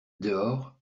dehors